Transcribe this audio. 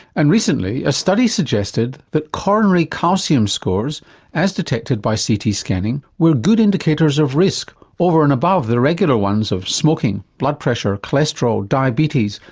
and recently a study suggested that coronary calcium scores as detected by ct scanning were good indicators of risk over and above the regular ones of smoking, blood pressure, cholesterol, diabetes,